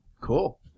Cool